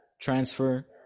transfer